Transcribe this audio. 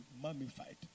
mummified